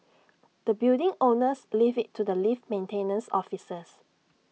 the building owners leave IT to the lift maintenance officers